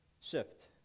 shift